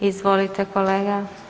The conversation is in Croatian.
Izvolite kolega.